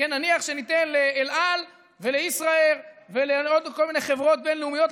נניח שלאל-על ולישראייר ולעוד כל מיני חברות בין-לאומיות,